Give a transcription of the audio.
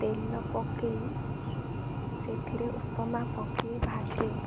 ତେଲ ପକେଇ ସେଥିରେ ଉପମା ପକେଇ ଭାଜେ